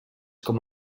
com